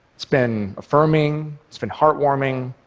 it's been affirming, it's been heartwarming.